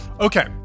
Okay